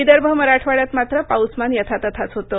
विदर्भ मराठवाड्यात मात्र पाऊसमान यथातथाच होतं